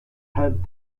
help